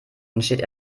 entsteht